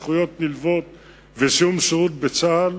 זכויות נלוות וסיום שירות בצה"ל